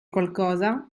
qualcosa